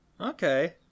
okay